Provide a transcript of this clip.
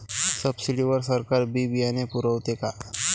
Subsidy वर सरकार बी बियानं पुरवते का?